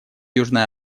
южной